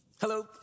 Hello